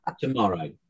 tomorrow